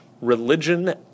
religion